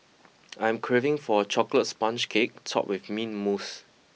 I am craving for a chocolate sponge cake topped with mint mousse